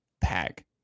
pack